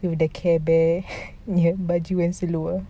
with the care bear baju and seluar